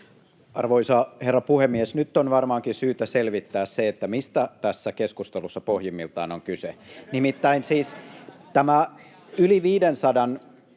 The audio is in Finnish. Arvoisa herra puhemies! Nyt on varmaankin syytä selvittää se, mistä tässä keskustelussa pohjimmiltaan on kyse. [Vasemmalta: